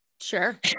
Sure